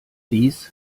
dies